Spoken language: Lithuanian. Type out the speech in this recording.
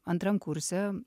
antram kurse